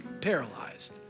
paralyzed